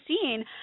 seen